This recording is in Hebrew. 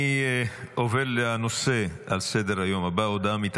אני עובר לנושא הבא על סדר-היום,